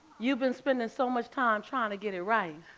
you've been spending so much time trying to get it right.